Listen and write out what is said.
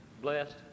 blessed